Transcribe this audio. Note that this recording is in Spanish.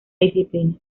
disciplina